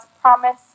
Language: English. promise